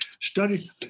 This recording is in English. Study